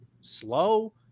slow